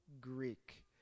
Greek